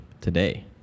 today